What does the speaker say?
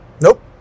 Nope